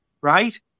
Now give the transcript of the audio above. right